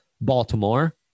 Baltimore